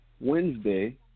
Wednesday